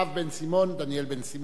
דניאל בן-סימון,